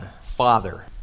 Father